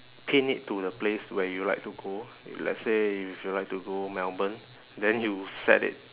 pin it to the place where you'll like to go let's say if you like to go melbourne then you set it